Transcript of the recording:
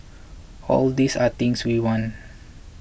all these are things we want